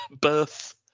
birth